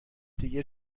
دیگه